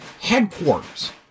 headquarters